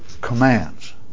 commands